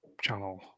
channel